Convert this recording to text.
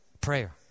prayer